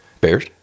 Bears